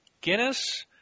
Guinness